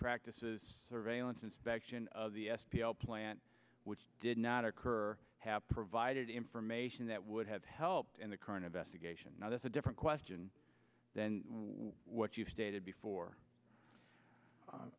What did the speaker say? practices surveillance inspection of the s p l plant which did not occur have provided information that would have helped in the current investigation now that's a different question than what you stated before